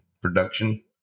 production